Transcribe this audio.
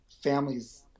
families